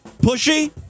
Pushy